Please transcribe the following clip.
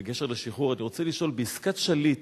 ובקשר לשחרור, אני רוצה לשאול: בעסקת שליט,